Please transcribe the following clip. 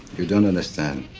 you don't understand.